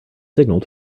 signal